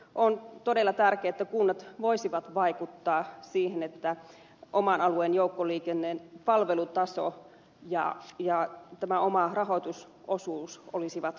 on todella tärkeää että kunnat voisivat vaikuttaa siihen että oman alueen joukkoliikenteen palvelutaso ja tämä oma rahoitusosuus olisivat kohtuullisia